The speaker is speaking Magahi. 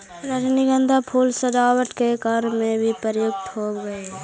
रजनीगंधा फूल सजावट के कार्य में भी प्रयुक्त होवऽ हइ